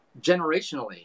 generationally